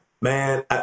Man